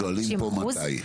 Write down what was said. שואלים פה מתי.